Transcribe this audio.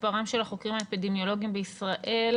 מספרם של החוקרים האפידמיולוגיים בישראל,